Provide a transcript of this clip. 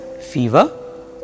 fever